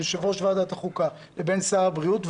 יושב-ראש ועדת החוקה והוא לא כאן ובין שר הבריאות,